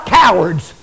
cowards